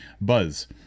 buzz